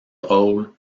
drôles